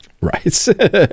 Right